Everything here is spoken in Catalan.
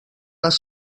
les